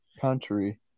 country